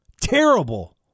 Terrible